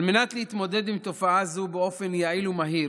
על מנת להתמודד עם תופעה זו באופן יעיל ומהיר